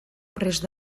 prest